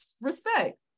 respect